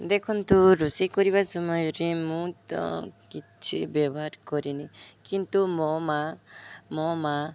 ଦେଖନ୍ତୁ ରୋଷେଇ କରିବା ସମୟରେ ମୁଁ ତ କିଛି ବ୍ୟବହାର କରିନି କିନ୍ତୁ ମୋ ମାଆ ମୋ ମାଆ